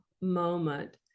moment